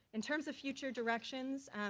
in terms of future directions,